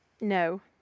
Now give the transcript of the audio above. No